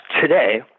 today